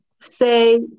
say